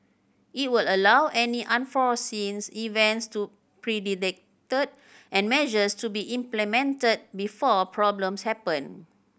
it will allow any unforeseen events to predicted and measures to be implemented before problems happen